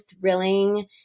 thrilling